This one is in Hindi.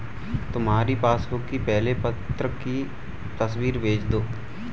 तुम्हारी पासबुक की पहले पन्ने की तस्वीर भेज दो